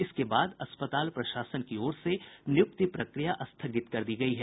इसके बाद अस्पताल प्रशासन की ओर से नियुक्ति प्रक्रिया स्थगित कर दी गयी है